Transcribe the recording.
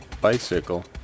bicycle